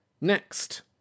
Next